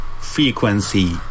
Frequency